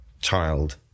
child